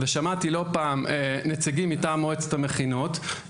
ושמעתי לא פעם נציגים מטעם מועצת המכינות,